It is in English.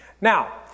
Now